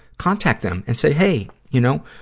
contact them and say, hey, you know.